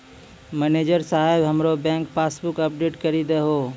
manager साहेब हमरो bank passbook update करि दहो